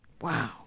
Wow